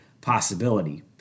possibility